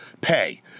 pay